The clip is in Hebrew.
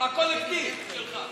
הקולקטיב שלך.